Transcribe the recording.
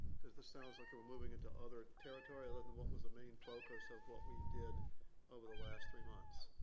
because this sounds like we're moving into other territory other than what was the main focus of what we did over the last three months.